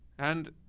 and.